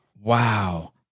Wow